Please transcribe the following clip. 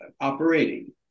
operating